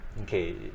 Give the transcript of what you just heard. okay